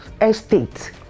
estate